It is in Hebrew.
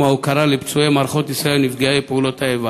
ההוקרה לפצועי מערכות ישראל ולנפגעי פעולות האיבה,